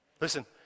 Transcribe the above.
Listen